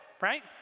right